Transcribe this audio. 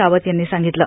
रावत यांनी सांगितलं